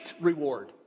reward